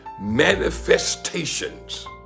Manifestations